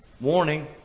warning